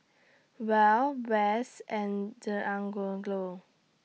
Wells West and Deangelo